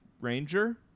Ranger